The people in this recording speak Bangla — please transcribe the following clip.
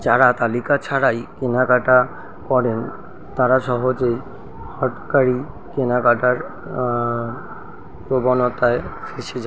যারা তালিকা ছাড়াই কেনাকাটা করেন তারা সহজেই হটকারী কেনাকাটার প্রবণতায় ফেঁসে যায়